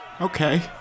Okay